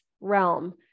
realm